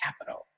capital